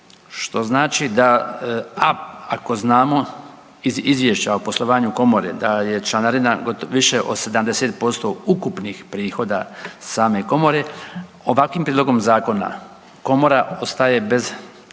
što znači da, ako znamo iz Izvješća o poslovanju komore, da je članarina više od 70% ukupnih prihoda same Komore, ovakvim prijedlogom Zakona Komora ostaje bez